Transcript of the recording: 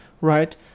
right